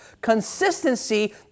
Consistency